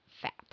fat